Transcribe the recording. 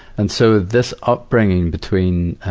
and so, this upbringing between,